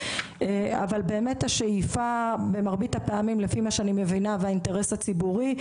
אבל לפי מה שאני מבינה ולפי האינטרס הציבורי,